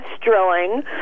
drilling